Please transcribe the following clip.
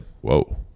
whoa